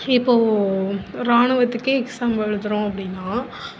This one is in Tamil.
இப்போது ராணுவத்துக்கு எக்ஸாம் எழுதுகிறோம் அப்படினா